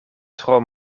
tro